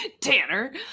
Tanner